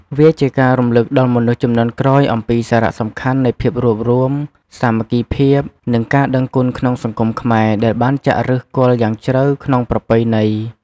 វាជាការរំលឹកដល់មនុស្សជំនាន់ក្រោយអំពីសារៈសំខាន់នៃភាពរួបរួម សាមគ្គីភាព និងការដឹងគុណក្នុងសង្គមខ្មែរ ដែលបានចាក់ឫសគល់យ៉ាងជ្រៅក្នុងប្រពៃណី។